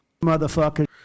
Motherfucker